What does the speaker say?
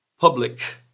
public